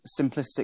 simplistic